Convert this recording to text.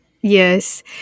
yes